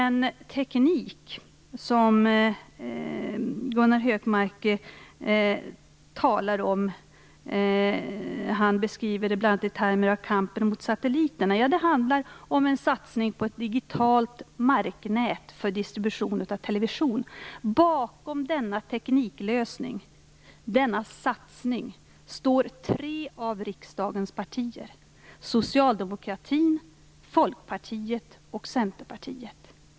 Gunnar Hökmark talar om teknik och beskriver en kamp mot satelliterna. Det handlar om en satsning på ett digitalt marknät för distribution av television. Bakom denna tekniklösning, denna satsning, står tre av riksdagens partier - Socialdemokraterna, Folkpartiet och Centerpartiet.